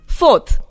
fourth